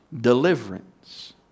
deliverance